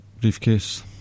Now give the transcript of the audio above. briefcase